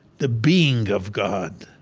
the being of god,